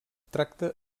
tracta